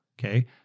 Okay